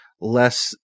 less